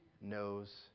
knows